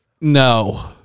No